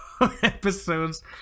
episodes